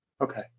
Okay